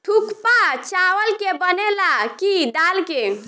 थुक्पा चावल के बनेला की दाल के?